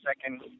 second